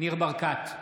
ניר ברקת,